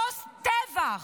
פוסט-טבח,